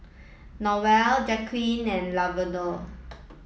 Noelle Jaqueline and Lavonda